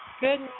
Good